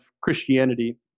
Christianity